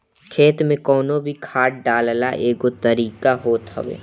खेत में कवनो भी खाद डालला के एगो तरीका होत हवे